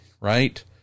right